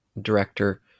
director